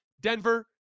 Denver